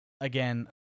again